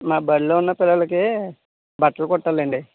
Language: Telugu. మా బడిలో ఉన్న పిల్లలకి బట్టలు కుట్టాలి అండి